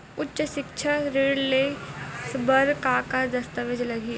उच्च सिक्छा ऋण ले बर का का दस्तावेज लगही?